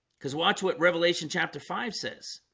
because watch what revelation chapter five says